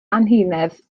anhunedd